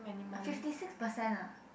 fifty six percent ah